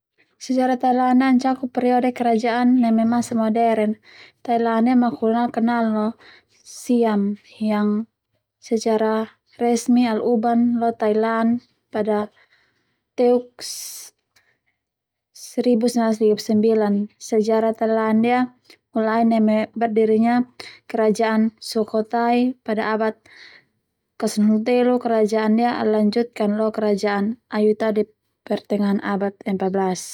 Sejarah Thailand ndia ana cakub periode kerajaan neme masa modern Thailand ndia makhulun al kenal no siam, yang secara resmi ala uban lo Thailand pada Teuk seribu sembilan ratus tiga puluh sembilan sejarah Thailand ndia mulai neme berdirinya kerajaan sukotai pada abad kasanhuluteluk kerajaan ndia ala lanjutkan lo kerajaan ayutadeib pertengahan abad empat belas.